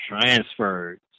transferred